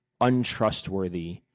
untrustworthy